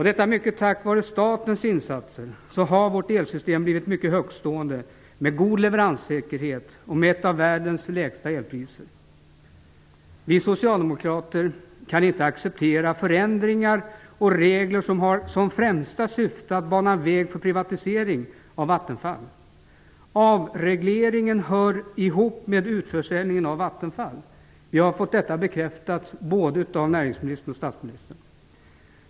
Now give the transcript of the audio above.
Det är mycket tack vare statens insatser som vårt elsystem har blivit mycket högtstående med god leveranssäkerhet och ett av världens lägsta elpriser. Vi socialdemokrater kan inte acceptera förändringar av regler som har som främsta syfte att bana väg för privatisering av Vattenfall. Avregleringen hör ihop med utförsäljningen av Vattenfall. Vi har fått detta bekräftat av både näringsministern och statsministern.